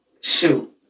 Shoot